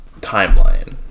timeline